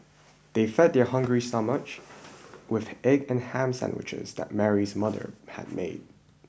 they fed their hungry stomach with egg and ham sandwiches that Mary's mother had made